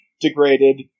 degraded